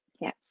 Yes